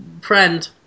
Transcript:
friend